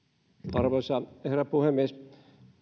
arvoisa herra puhemies